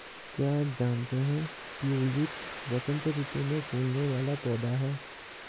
क्या आप जानते है ट्यूलिप वसंत ऋतू में फूलने वाला पौधा है